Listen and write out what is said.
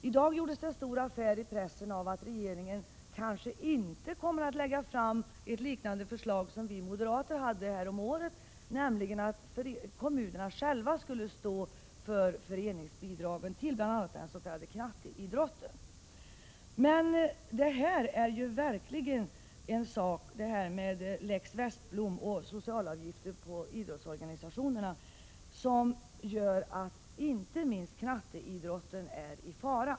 I dag gjordes det en stor affär i pressen av att regeringen kanske inte kommer att lägga fram ett förslag liknande det som vi moderater hade häromåret, nämligen att kommunerna själva skulle stå för föreningsbidraget bl.a. till den s.k. knatteidrotten. Detta med lex Westblom och socialavgifter till idrottsorganisationerna gör verkligen att inte minst knatteidrotten är i fara.